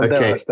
Okay